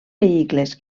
vehicles